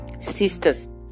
Sisters